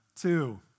two